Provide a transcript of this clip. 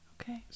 Okay